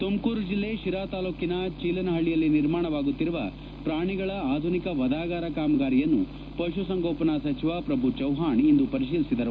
ತುಮಕೂರು ಜೆಲ್ಲೆ ಶಿರಾ ತಾಲೂಕಿನ ಚೀಲನಹಳ್ಳಯಲ್ಲಿ ನಿರ್ಮಾಣವಾಗುತ್ತಿರುವ ಪ್ರಾಣಿಗಳ ಆಧುನಿಕ ವಧಾಗಾರ ಕಾಮಗಾರಿಯನ್ನು ಪಶುಸಂಗೋಪನಾ ಸಚಿವ ಪ್ರಭು ಚೌವ್ವಾಣ್ ಇಂದು ಪರಿಶೀಲಿಸಿದರು